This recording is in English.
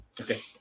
Okay